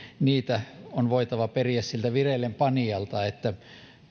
niitä on voitava periä siltä vireillepanijalta niin että